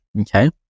okay